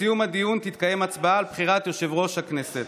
בסיום הדיון תתקיים הצבעה על בחירת יושב-ראש הכנסת.